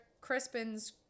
Crispin's